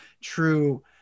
true